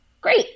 Great